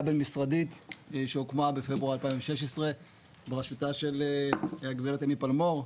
בין-משרדית שהוקמה בפברואר 2016 בראשותה של הגברת אמי פלמור,